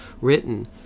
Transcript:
written